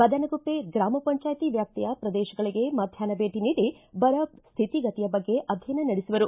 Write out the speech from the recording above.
ಬದನಗುಪ್ಪೆ ಗ್ರಾಮಪಂಚಾಯಿತಿ ವ್ಯಾಪ್ತಿಯ ಪ್ರದೇಶಗಳಿಗೆ ಮಧ್ವಾಹ್ನ ಭೇಟ ನೀಡಿ ಬರ ಸ್ವಿತಿಗತಿಯ ಬಗ್ಗೆ ಅಧ್ಯಯನ ನಡೆಸುವರು